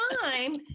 time